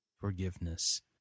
forgiveness